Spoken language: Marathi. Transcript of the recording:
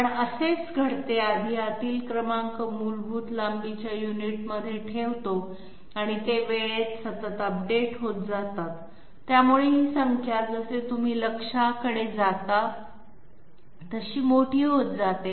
पण असेच घडते आधी आतील क्रमांक मूलभूत लांबीच्या युनिटमध्ये ठेवतो आणि ते वेळेत सतत अपडेट होत जातात त्यामुळे ही संख्या जसे तुम्ही लक्ष्याकडे जाता तशी मोठी होत जाते